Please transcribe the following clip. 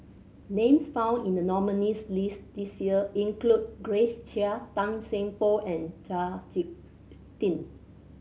names found in the nominees' list this year include Grace Chia Tan Seng Poh and Chau Sik Ting